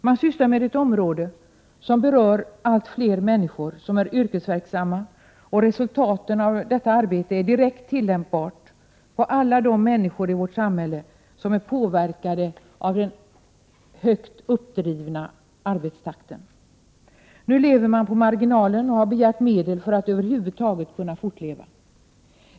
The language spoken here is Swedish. Man sysslar med ett område som berör allt fler människor som är yrkesverksamma, och resultaten av detta arbete är direkt tillämpbara på alla de människor i vårt samhälle som är påverkade av den högt uppdrivna arbetstakten. Nu lever IPM på marginalen och har begärt medel för att över huvud taget kunna fortleva.